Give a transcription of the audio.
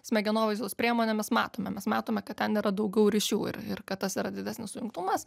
smegenovaizdos priemonėmis matome mes matome kad ten yra daugiau ryšių ir ir kad tas yra didesnis sujungtumas